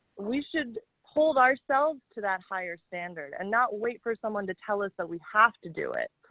we should hold ourselves to that higher standard and not wait for someone to tell us that we have to do it.